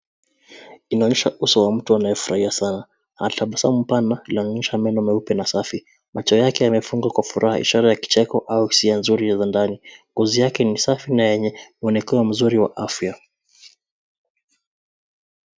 Inaonyesha uso wa mtu anayefurahia sana, anatabasamu pana inaonyesha meno meupe na safi. Macho yake yamefungwa kwa furaha ishara ya kicheko au hisia nzuri za ndani. Ngozi yake ni safi na yenye mwonekano mzuri wa afya.